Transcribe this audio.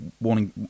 Warning